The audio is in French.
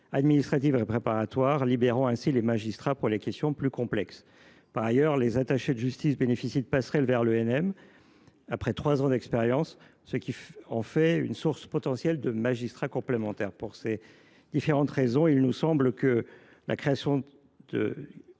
administratives et préparatoires, libérant ainsi les magistrats pour les questions plus complexes. Par ailleurs, les attachés de justice bénéficient de passerelles vers l’ENM après trois ans d’expérience, ce qui en fait une source potentielle de magistrats complémentaires. Pour ces différentes raisons, il nous semble que la création de